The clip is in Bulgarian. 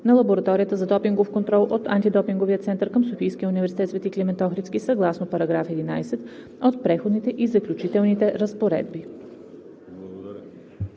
на Лабораторията за допингов контрол от Антидопинговия център към Софийския университет „Св. Климент Охридски“ съгласно § 11 от Преходните и заключителните разпоредби.“